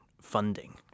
funding